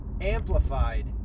amplified